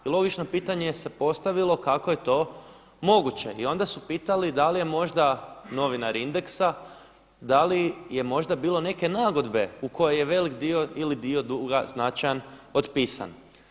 I logično pitanje se postavilo kako je to moguće i onda su pitali da li je možda, novinar Indxa, da li je možda bilo neke nagodbe u kojoj je velik dio ili dio duga značajan otpisan.